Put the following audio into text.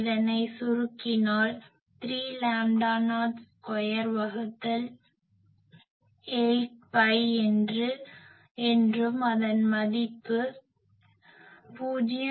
இதனை சுருக்கினால் 3 lambda naught square வகுத்தல் 8 பை என்றும் அதன் மதிப்பு 0